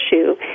issue